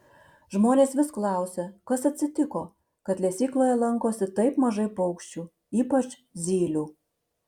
žmonės vis klausia kas atsitiko kad lesykloje lankosi taip mažai paukščių ypač zylių